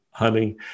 Honey